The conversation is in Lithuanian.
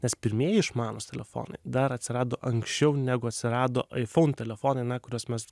nes pirmieji išmanūs telefonai dar atsirado anksčiau negu atsirado iphone telefonai na kuriuos mes